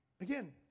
again